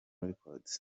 records